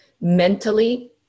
mentally